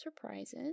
surprises